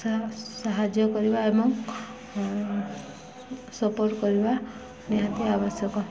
ସା ସାହାଯ୍ୟ କରିବା ଏବଂ ସ ସପୋର୍ଟ କରିବା ନିହାତି ଆବଶ୍ୟକ